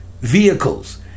Vehicles